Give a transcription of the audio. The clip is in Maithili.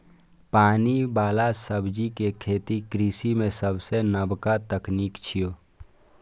पानि बला सब्जी के खेती कृषि मे सबसं नबका तकनीक छियै